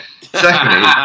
Secondly